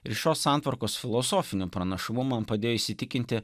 ir šios santvarkos filosofiniu pranašumu man padėjo įsitikinti